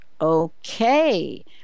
okay